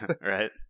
Right